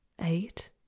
eight